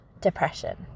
depression